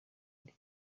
ari